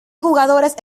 jugadores